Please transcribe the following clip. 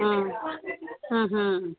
ಹ್ಞೂ ಹ್ಞೂ ಹ್ಞೂ